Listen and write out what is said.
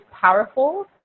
powerful